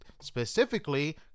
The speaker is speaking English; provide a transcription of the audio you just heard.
Specifically